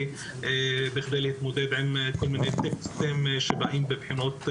בכדי להתמודד עם טקסטים שבאים בבחינות שונות.